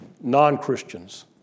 non-Christians